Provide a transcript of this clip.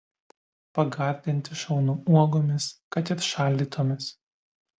pagardinti šaunu uogomis kad ir šaldytomis